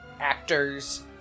actors